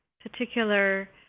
particular